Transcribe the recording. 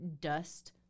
dust